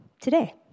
today